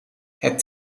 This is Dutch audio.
het